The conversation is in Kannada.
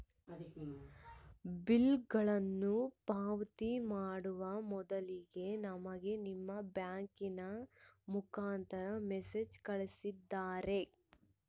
ಬಿಲ್ಲುಗಳನ್ನ ಪಾವತಿ ಮಾಡುವ ಮೊದಲಿಗೆ ನಮಗೆ ನಿಮ್ಮ ಬ್ಯಾಂಕಿನ ಮುಖಾಂತರ ಮೆಸೇಜ್ ಕಳಿಸ್ತಿರಾ?